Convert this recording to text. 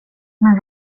men